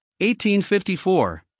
1854